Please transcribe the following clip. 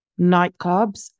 nightclubs